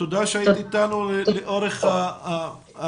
תודה שהיית אתנו לאורך הדיון.